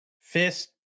Fist